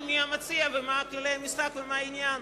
מי המציע ומה כללי המשחק ומה העניין.